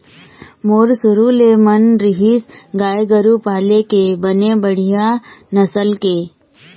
मोर शुरु ले मन रहिस गाय गरु पाले के बने बड़िहा नसल के